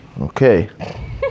Okay